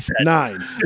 Nine